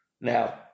now